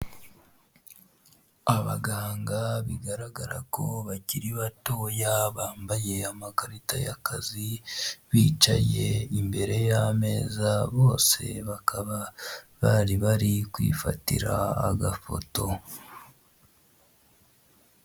Abaganga bigaragara ko bakiri batoya bambaye amakarita y'akazi bicaye imbere y'ameza bose bakaba bari bari kwifatira agafoto.